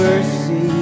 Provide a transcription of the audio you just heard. Mercy